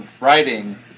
writing